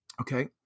Okay